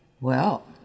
Well